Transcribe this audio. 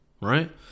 right